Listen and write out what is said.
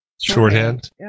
shorthand